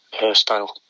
hairstyle